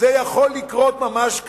זה יכול לקרות ממש כאן.